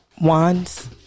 wands